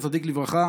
זכר צדיק לברכה,